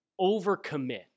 overcommit